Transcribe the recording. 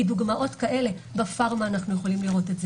כי דוגמאות כאלה: בפארמה אנחנו יכולים לראות,